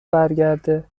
برگرده